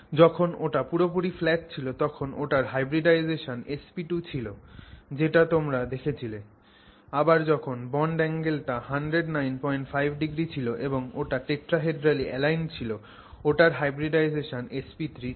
যখন ওটা পুরোপুরি ফ্ল্যাট ছিল তখন ওটার hybridization sp2 ছিল যেটা তোমরা দেখেছিলে আবার যখন বন্ড অ্যাঙ্গেল টা 1095o ছিল এবং ওটা tetrahedrally aligned ছিল ওটার hybridization sp3 ছিল